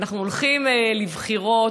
אנחנו הולכים לבחירות,